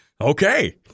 Okay